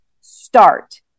start